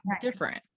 different